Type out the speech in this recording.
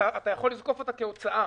אתה יכול לזקוף אותה כהוצאה.